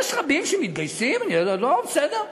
יש רבים שמתגייסים, בסדר.